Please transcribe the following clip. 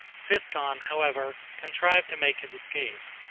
physcon, however, contrived to make his escape.